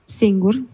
singur